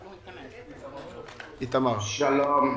שלום.